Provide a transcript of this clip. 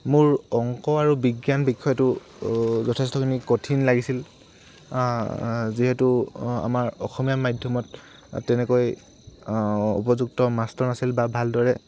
মোৰ অংক আৰু বিজ্ঞান বিষয়টো যথেষ্টখিনি কঠিন লাগিছিল যিহেতু আমাৰ অসমীয়া মাধ্যমত তেনেকৈ উপযুক্ত মাষ্টৰ নাছিল বা ভালদৰে